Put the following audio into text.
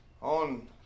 on